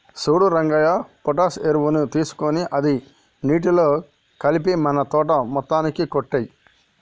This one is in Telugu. సూడు రంగయ్య పొటాష్ ఎరువుని తీసుకొని అది నీటిలో కలిపి మన తోట మొత్తానికి కొట్టేయి